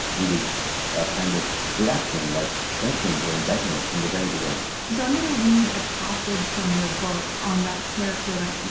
needed a kind of reaction like sanctions or indictments from the very beginning. so i'm going to read a passage from your book on that character that.